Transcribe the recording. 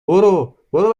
برو، برو